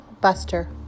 Buster